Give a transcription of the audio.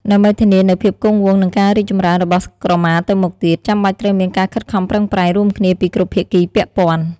ដើម្បីធានានូវភាពគង់វង្ស និងការរីកចម្រើនរបស់ក្រមាទៅមុខទៀត ចាំបាច់ត្រូវមានការខិតខំប្រឹងប្រែងរួមគ្នាពីគ្រប់ភាគីពាក់ព័ន្ធ។